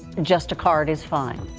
just a card is fine